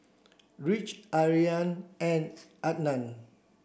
Rich Ariane and Adan